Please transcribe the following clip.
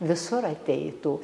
visur ateitų